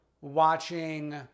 watching